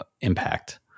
impact